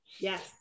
yes